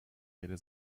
rede